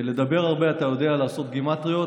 לדבר הרבה אתה יודע, לעשות גימטריות.